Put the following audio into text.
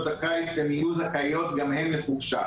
הקיץ הן יהיו זכאיות גם הן לחופשה.